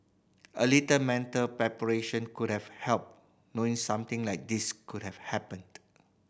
a little mental preparation could have helped knowing something like this could have happened